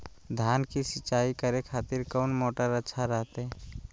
धान की सिंचाई करे खातिर कौन मोटर अच्छा रहतय?